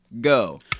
go